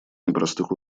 непростых